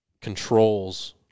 controls